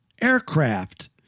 aircraft